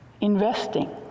investing